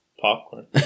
popcorn